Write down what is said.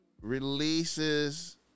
releases